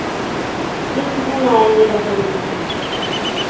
किस दिन आएंगी लकड़ी लेने